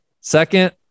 Second